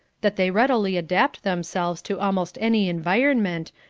that they readily adapt themselves to almost any environment,